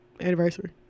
Anniversary